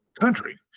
country